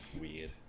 Weird